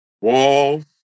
walls